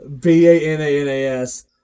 b-a-n-a-n-a-s